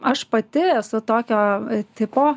aš pati esu tokio tipo